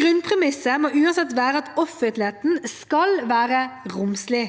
Grunnpremisset må uansett være at offentligheten skal være romslig.